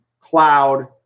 cloud